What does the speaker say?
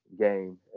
game